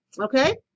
Okay